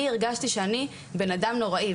אני הרגשתי שאני בן אדם נוראי,